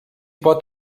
pot